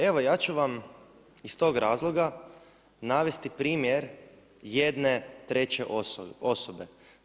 Evo ja ću vam iz tog razloga navesti primjer jedne treće osobe.